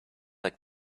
like